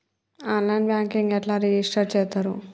On line banking ఎట్లా register చేత్తరు?